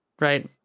right